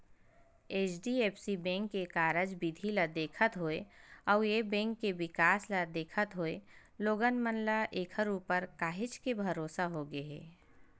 HDFC bank के कारज बिधि ल देखत होय अउ ए बेंक के बिकास ल देखत होय लोगन मन ल ऐखर ऊपर काहेच के भरोसा होगे हे